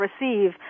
receive